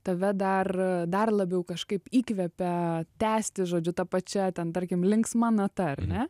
tave dar dar labiau kažkaip įkvepia tęsti žodžiu ta pačia ten tarkim linksma nata ar ne